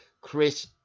Chris